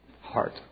heart